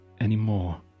anymore